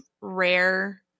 rare